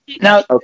now